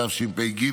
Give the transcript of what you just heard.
התשפ"ג,